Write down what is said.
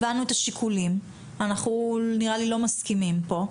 הבנו את השיקולים, נראה לי שאנחנו לא מסכימים פה.